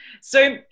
So-